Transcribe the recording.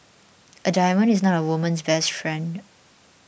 a diamond is not a woman's best friend